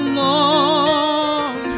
long